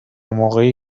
موقعی